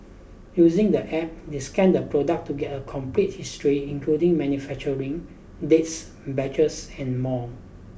using the App they scan the product to get a complete history including manufacturing dates batches and more